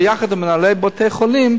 ביחד עם מנהלי בתי-חולים,